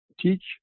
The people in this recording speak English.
teach